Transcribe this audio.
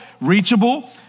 reachable